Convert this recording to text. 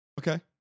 Okay